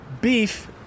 Beef